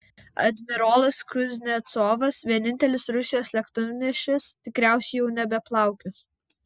admirolas kuznecovas vienintelis rusijos lėktuvnešis tikriausiai jau nebeplaukios